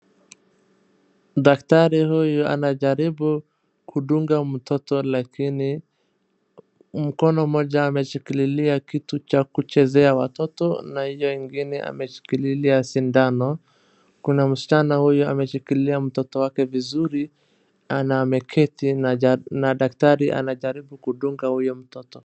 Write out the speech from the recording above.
Daktari huyu anajaribu kudunga mtoto lakini mkono moja ameshikilia kitu cha kuchezea watoto na hio ingine ameshikilia sindano. Kuna msichana huyu ameshikilia mtoto wake vizuri na ameketi na daktari anajaribu kudunga huyo mtoto.